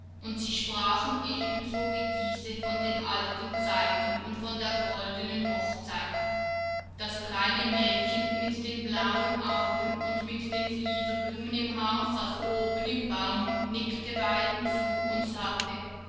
und sie sprachen ebenso wie diese von den alten zeiten und von der goldenen hochzeit das kleine mädchen mit den blauen augen und mit den fliederblumen im haar saß oben im baum nickte beiden zu und sagte